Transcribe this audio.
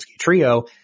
Trio